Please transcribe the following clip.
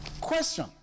question